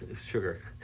sugar